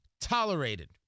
tolerated